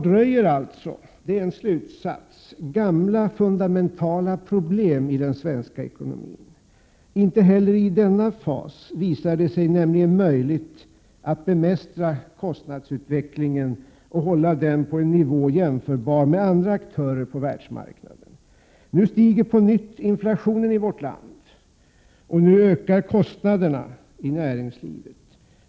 Min slutsats är att gamla, fundamentala problem i den svenska ekonomin alltså visar det sig nämligen möjligt att bemästra kostnadsutvecklingen och hålla den på en nivå jämförbar med den för andra aktörer på världsmarknaden. Nu stiger på nytt inflationen i vårt land, och nu ökar kostnaderna i näringslivet.